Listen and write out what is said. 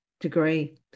degree